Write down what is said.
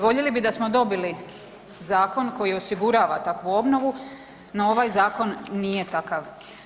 Voljeli bi da smo dobili zakon koji osigurava takvu obnovu no ovaj zakon nije takav.